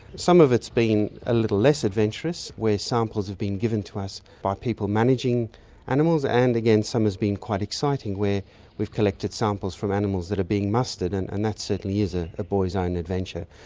some of it's been a little less adventurous where samples have been given to us by people managing animals, and again some has been quite exciting where we've collected samples from animals that are being mustered. and and that certainly is ah a boys own adventure,